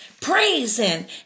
praising